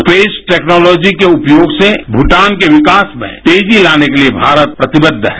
space technology के उपयोग से भूटान के विकास में तेजी लाने के लिए भारत प्रतिबद्ध है